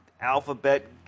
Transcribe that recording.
Alphabet